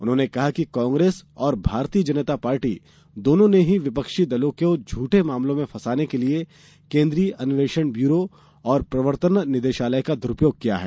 उन्होंने कहा कि कांग्रेस और भारतीय जनता पार्टी दोनों ने ही विपक्षी दलों को झूठे मामलों में फंसाने के लिए केन्द्रीय अन्वेंषण ब्यूंरो और प्रवर्तन निदेशालय का द्रुपयोग किया है